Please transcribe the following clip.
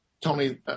Tony